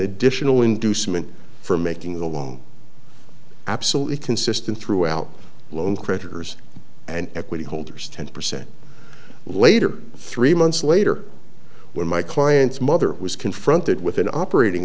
additional inducement for making the long absolutely consistent throughout loan creditors and equity holders ten percent later three months later when my client's mother was confronted with an operating